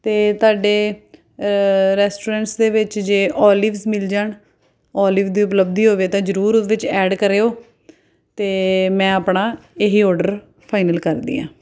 ਅਤੇ ਤੁਹਾਡੇ ਰੈਸਟੋਰੈਂਟਸ ਦੇ ਵਿੱਚ ਜੇ ਔਲਿਵਜ ਮਿਲ ਜਾਣ ਔਲਿਵ ਦੀ ਉਪਲੱਬਧੀ ਹੋਵੇ ਤਾਂ ਜ਼ਰੂਰ ਉਸ ਵਿੱਚ ਐਡ ਕਰਿਓ ਅਤੇ ਮੈਂ ਆਪਣਾ ਇਹੀ ਔਡਰ ਫਾਈਨਲ ਕਰਦੀ ਹਾਂ